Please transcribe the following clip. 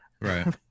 right